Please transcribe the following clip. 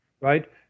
Right